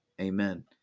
Amen